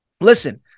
Listen